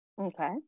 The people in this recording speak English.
Okay